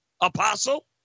apostle